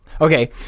Okay